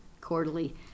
quarterly